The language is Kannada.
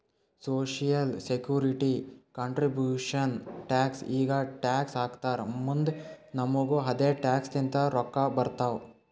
ಸೋಶಿಯಲ್ ಸೆಕ್ಯೂರಿಟಿ ಕಂಟ್ರಿಬ್ಯೂಷನ್ ಟ್ಯಾಕ್ಸ್ ಈಗ ಟ್ಯಾಕ್ಸ್ ಹಾಕ್ತಾರ್ ಮುಂದ್ ನಮುಗು ಅದೆ ಟ್ಯಾಕ್ಸ್ ಲಿಂತ ರೊಕ್ಕಾ ಬರ್ತಾವ್